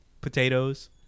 potatoes